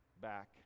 back